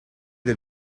dei